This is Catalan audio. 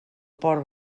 port